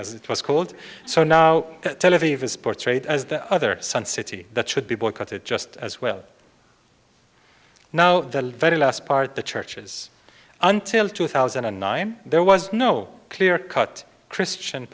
as it was called so now tel aviv is portrayed as the other sun city that should be boycotted just as well now the very last part the churches until two thousand and nine there was no clear cut christian